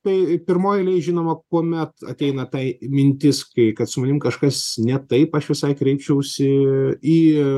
tai pirmoj eilėj žinoma kuomet ateina tai mintis kai kad su manimi kažkas ne taip aš visai kreipčiausi į